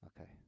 Okay